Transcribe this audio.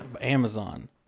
Amazon